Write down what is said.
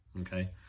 Okay